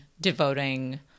devoting